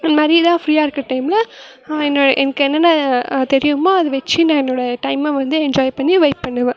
இந்தமாதிரி தான் ஃப்ரீயா இருக்கிற டைமில் என்ன எனக்கு என்னென்ன தெரியுமோ அதை வெச்சு நான் என்னோடய டைமை வந்து என்ஜாய் பண்ணி வைப் பண்ணுவேன்